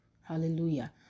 Hallelujah